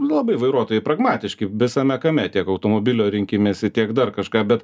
labai vairuotojai pragmatiški visame kame tiek automobilio rinkimesi tiek dar kažką bet